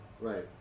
Right